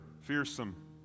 fearsome